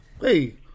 Hey